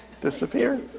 disappear